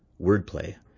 wordplay